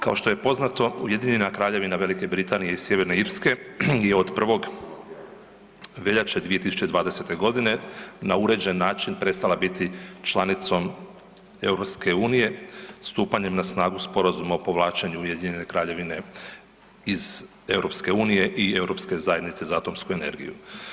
Kao što je poznato Ujedinjena Kraljevina Velike Britanije i Sjeverne Irske je od 1. veljače 2020.g. na uređen način prestala biti članicom EU stupanjem na snagu Sporazuma o povlačenju Ujedinjene Kraljevine iz EU i Europske zajednice za atomsku energiju.